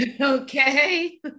Okay